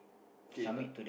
K not